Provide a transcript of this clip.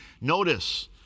Notice